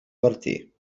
martí